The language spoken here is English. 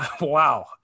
wow